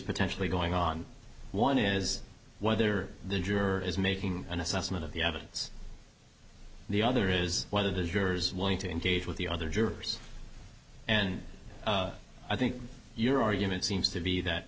potentially going on one is whether the juror is making an assessment of the evidence the other is whether the jurors willing to engage with the other jurors and i think your argument seems to be that